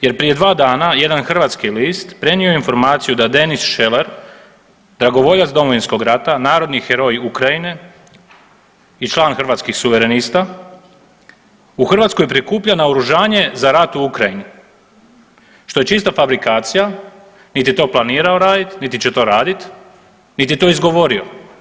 Jer prije dva dana jedan hrvatski list prenio je informaciju da Denis Šeler, dragovoljac Domovinskog rata, narodni heroj Ukrajine i član Hrvatskih suverenista u Hrvatskoj prikuplja naoružanje za rat u Ukrajini što je čista fabrikacija, niti je to planirao raditi, niti će to raditi, niti je to izgovorio.